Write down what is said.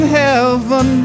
heaven